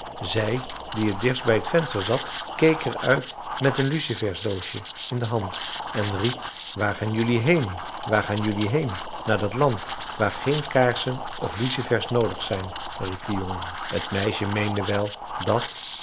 zij die het dichtst bij t venster zat keek eruit met een lucifersdoosje in de hand en riep waar ga jelui heen waar ga jelui heen naar dat land waar geen kaarsen of lucifers noodig zijn riep de jongen t meisje meende wel dat